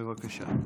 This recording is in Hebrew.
בבקשה.